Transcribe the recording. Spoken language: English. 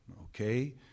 okay